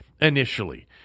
initially